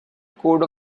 code